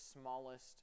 smallest